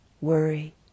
worry